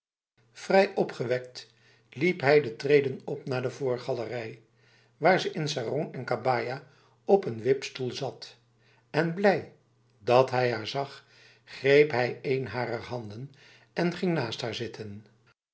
vrij opgewekt liep hij de treden op naar de voorgalerij waar ze in sarong en kabaja op een wipstoel zat en blij dat hij haar zag greep hij een harer handen en ging naast haar zitten